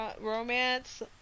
romance